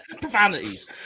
Profanities